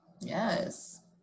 Yes